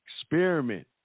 experiment